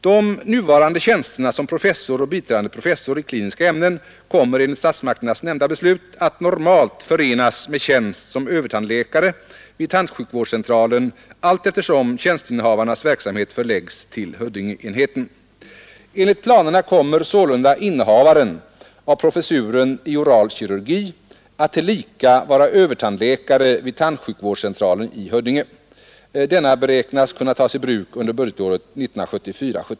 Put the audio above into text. De nuvarande tjänsterna som professor och biträdande professor i kliniska ämnen kommer enligt statsmakternas nämnda beslut att normalt förenas med tjänst som övertandläkare vid tandsjukvårdscentralen, allteftersom tjänstinnehavarnas verksamhet förläggs till Huddingeenheten. Enligt planerna kommer sålunda innehavaren av professuren i oral kirurgi att tillika vara Övertandläkare vid tandsjukvårdscentralen i Huddinge. Denna beräknas kunna tas i bruk under budgetåret 1974/75.